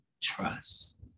trust